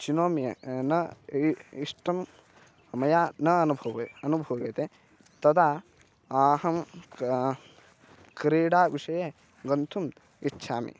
चिनोमि न इ इष्टं मया न अनुभूयते अनुभूयते तदा अहं क्रीडाविषये गन्तुम् इच्छामि